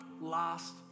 last